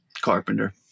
Carpenter